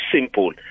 simple